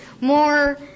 more